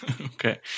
Okay